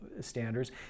standards